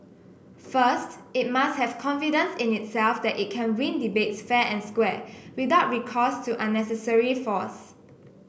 first it must have confidence in itself that it can win debates fair and square without recourse to unnecessary force